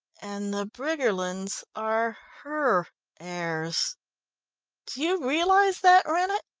and the briggerlands are her heirs? do you realise that, rennett